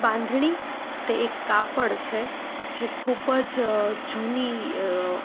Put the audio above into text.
બાંધણી તે એક કાપડ છે જે ખૂબ જ જૂની